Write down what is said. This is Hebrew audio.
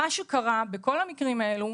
מה שקרה בכל המקרים האלו,